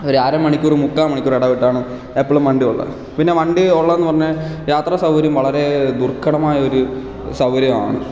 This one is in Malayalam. ഒരു അരമണിക്കൂർ മുക്കാമണിക്കൂർ ഇടവിട്ടാണ് എപ്പോഴും വണ്ടി ഉള്ളത് പിന്നെ വണ്ടി ഉള്ളതെന്ന് പറഞ്ഞാൽ യാത്ര സൗകര്യം വളരെ ദുർഘടമായൊരു സൗകര്യമാണ്